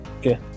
Okay